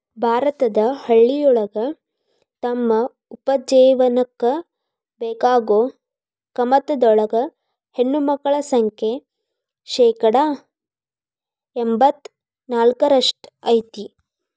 ಭಾರತದ ಹಳ್ಳಿಗಳೊಳಗ ತಮ್ಮ ಉಪಜೇವನಕ್ಕ ಬೇಕಾಗೋ ಕಮತದೊಳಗ ಹೆಣ್ಣಮಕ್ಕಳ ಸಂಖ್ಯೆ ಶೇಕಡಾ ಎಂಬತ್ ನಾಲ್ಕರಷ್ಟ್ ಐತಿ